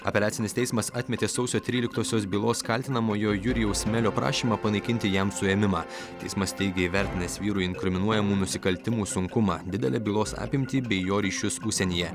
apeliacinis teismas atmetė sausio tryliktosios bylos kaltinamojo jurijaus melio prašymą panaikinti jam suėmimą teismas teigė įvertinęs vyrui inkriminuojamų nusikaltimų sunkumą didelę bylos apimtį bei jo ryšius užsienyje